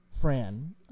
Fran